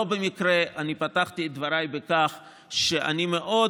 לא במקרה אני פתחתי את דבריי בכך שאני מאוד